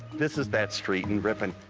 this is that street in ripon.